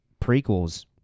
Prequels